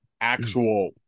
actual